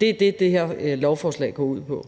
Det er det, det her lovforslag går ud på.